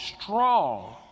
strong